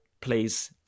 please